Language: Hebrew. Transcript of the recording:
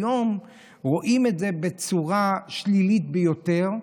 היום רואים את זה בצורה שלילית ביותר,